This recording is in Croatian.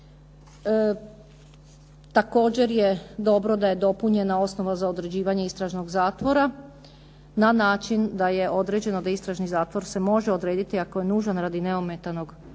Također je dobro da je dopunjena osnova za određivanje istražnog zatvora na način da je određeno da istražni zatvor se može odrediti ako je nužan radi neometanog odvijanja